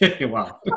wow